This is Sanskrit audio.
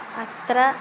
अत्र